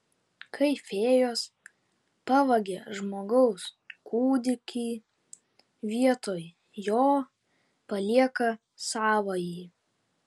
kai fėjos pavagia žmogaus kūdikį vietoj jo palieka savąjį